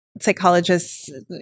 psychologists